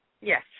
Yes